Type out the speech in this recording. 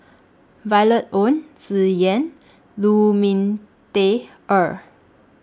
Violet Oon Tsung Yeh and Lu Ming Teh Earl